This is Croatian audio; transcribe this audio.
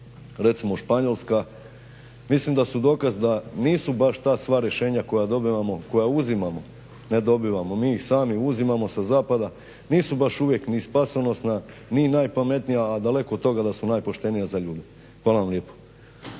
recimo Španjolska mislim da su dokaz da nisu baš ta sva rješenja koja dobivamo, koja uzimamo, ne dobivamo, mi ih sami uzimamo sa zapada nisu baš uvijek ni spasonosna ni najpametnija, a daleko od toga da su najpoštenija za ljude. Hvala vam lijepo.